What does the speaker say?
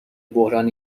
بحران